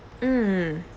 mm